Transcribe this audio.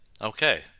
okay